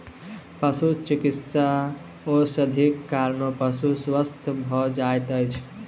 पशुचिकित्सा औषधिक कारणेँ पशु स्वस्थ भ जाइत अछि